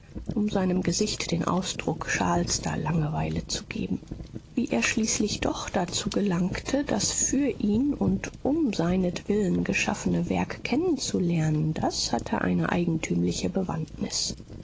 um seinem gesicht den ausdruck schalster langweile zu geben wie er schließlich doch dazu gelangte das für ihn und um seinetwillen geschaffene werk kennen zu lernen das hatte eine eigentümliche bewandtnis